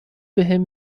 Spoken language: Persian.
بهم